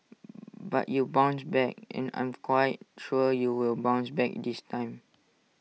but you bounced back and I'm quite sure you will bounce back this time